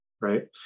Right